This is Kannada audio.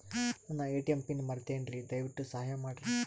ನನ್ನ ಎ.ಟಿ.ಎಂ ಪಿನ್ ಮರೆತೇನ್ರೀ, ದಯವಿಟ್ಟು ಸಹಾಯ ಮಾಡ್ರಿ